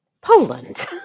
Poland